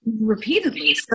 repeatedly